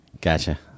Gotcha